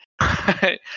right